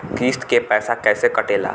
किस्त के पैसा कैसे कटेला?